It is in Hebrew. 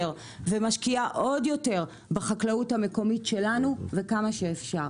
ומשקיעה עוד יותר בחקלאות המקומית שלנו וכמה שאפשר.